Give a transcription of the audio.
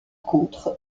contre